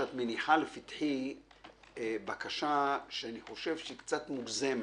שאת מניחה לפתחי בקשה שאני חושב שהיא קצת מוגזמת.